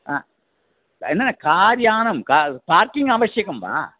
न कार्यानम् car parking आवश्यकं वा